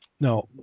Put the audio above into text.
No